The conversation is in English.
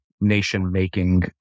nation-making